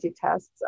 tests